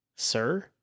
Sir